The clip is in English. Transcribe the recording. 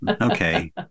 okay